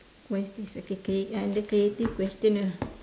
what's this okay okay under creative question lah